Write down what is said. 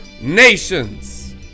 nations